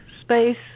space